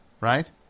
right